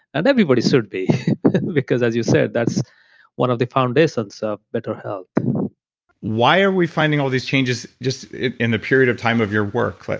and everybody should be because, as you said, that's one of the foundations of better health why are we finding all these changes just in the period of time of your work?